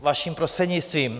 Vaším prostřednictvím.